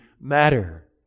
matter